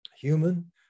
Human